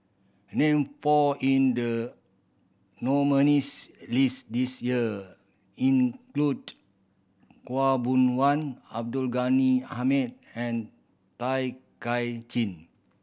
name four in the nominees' list this year include Khaw Boon Wan Abdul Ghani Hamid and Tay Kay Chin